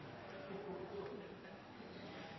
vekk